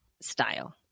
Style